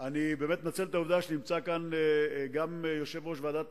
במאפיינים שלו, במקום שבו הונחה מכונית